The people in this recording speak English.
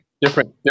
Different